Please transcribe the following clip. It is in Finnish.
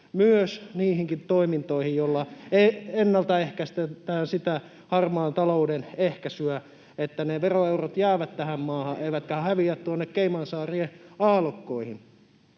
myös niihinkin toimintoihin, joilla ennaltaehkäistään harmaata taloutta, että veroeurot jäävät tähän maahan eivätkä häviä Caymansaarien aallokkoihin.